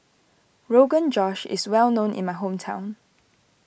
Rogan Josh is well known in my hometown